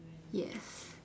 yes